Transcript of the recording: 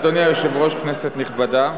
אדוני היושב-ראש, כנסת נכבדה,